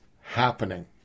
happening